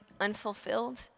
unfulfilled